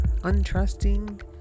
untrusting